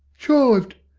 chived!